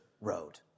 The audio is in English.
road